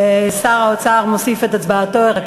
שר האוצר מוסיף את הצבעתו בעד,